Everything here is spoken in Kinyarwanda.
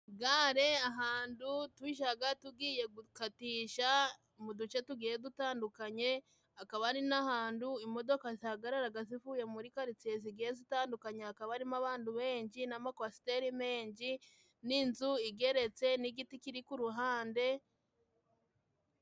Gare ahantu tujaga tugiye gukatisha mu duce tugiye dutandukanye, hakaba hari n'ahantu imodoka zihagararaga zivuye muri karitsiye zigiye zitandukanye. Hakaba harimo abandu benshi n'amakwasiteri menshi n'inzu igeretse n'igiti kiri ku ruhande.